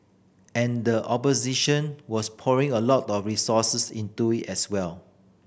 and the opposition was pouring a lot of resources into it as well